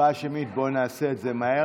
הצבעה שמית, בואו נעשה את זה מהר.